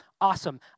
Awesome